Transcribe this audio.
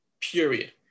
period